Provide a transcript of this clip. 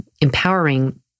empowering